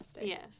Yes